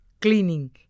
cleaning